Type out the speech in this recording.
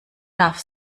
darf